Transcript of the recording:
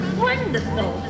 wonderful